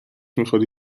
میخوری